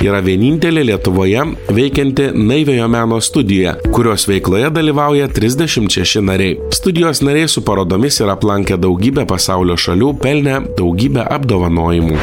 yra vienintelė lietuvoje veikianti naiviojo meno studija kurios veikloje dalyvauja trisdešimt šeši nariai studijos nariai su parodomis yra aplankę daugybę pasaulio šalių pelnę daugybę apdovanojimų